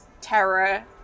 terror